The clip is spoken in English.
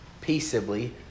peaceably